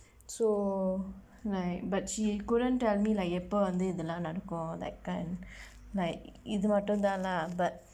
so like but she couldn't tell me like எப்ப வந்து இதெல்லாம் நடக்கும்:eppa vandthu ithellaam nadakkum like kind like இது மட்டும்தான்:ithu matdumthaan lah but